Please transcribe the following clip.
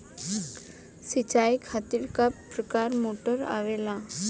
सिचाई खातीर क प्रकार मोटर आवेला?